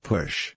Push